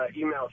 email